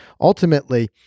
Ultimately